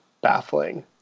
baffling